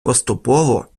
поступово